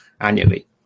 annually